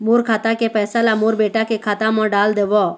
मोर खाता के पैसा ला मोर बेटा के खाता मा डाल देव?